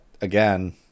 again